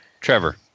Trevor